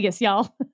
y'all